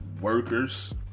workers